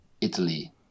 Italy